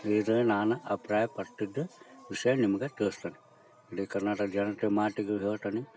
ಇದು ನಾನು ಅಭಿಪ್ರಾಯ ಪಟ್ಟಿದ್ದ ವಿಷಯ ನಿಮ್ಗೆ ತಿಳಿಸ್ತೇನೆ ಇಡೀ ಕರ್ನಾಟಕದ ಜನತೆಗೆ ಮತ್ತೀಗ ಹೇಳ್ತೀನಿ